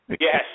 Yes